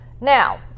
Now